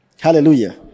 hallelujah